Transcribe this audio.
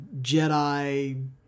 Jedi